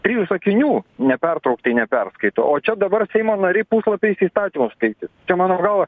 trijų sakinių nepertrauktai neperskaito o čia dabar seimo nariai puslapiais įstatymus skaitis mano galva